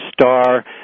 star